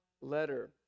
letter